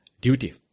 Duty